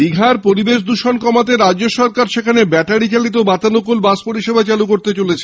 দীঘার পরিবেশ দৃষণ কমাতে রাজ্য সরকার সেখানে ব্যাটারি চালিত বাতানুকুল বাস পরিষেবা চালু করতে চলেছে